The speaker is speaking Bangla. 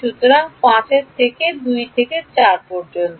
সুতরাং 5 এর দিক 2 থেকে 4 পর্যন্ত